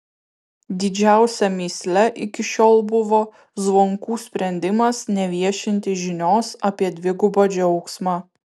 didžiausia mįsle iki šiol buvo zvonkų sprendimas neviešinti žinios apie dvigubą džiaugsmą